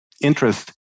interest